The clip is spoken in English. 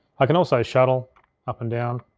i can also shuttle up and down.